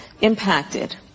impacted